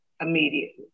immediately